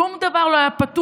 שום דבר לא היה פתוח.